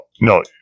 no